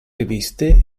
riviste